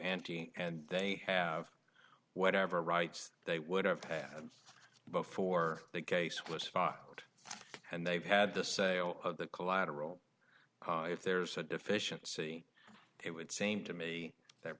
ante and they have whatever rights they would have had before the case was fought and they've had the sale of the collateral if there's a deficiency it would seem to me that